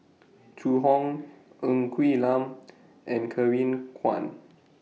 Zhu Hong Ng Quee Lam and Kevin Kwan